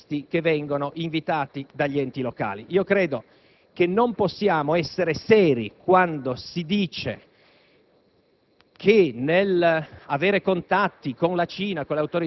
e invece tenere fuori degli artisti che vengono invitati dagli enti locali. Altrimenti credo che non possiamo essere seri quando